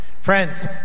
Friends